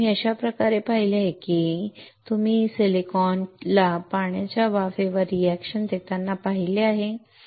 तुम्ही अशा प्रकारे पाहिले आहे की तुम्ही सिलिकॉनला पाण्याच्या वेपर वर रिएक्शन देताना पाहिले आहे बरोबर